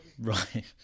right